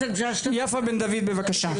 יפה בן דוד, בבקשה.